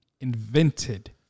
Invented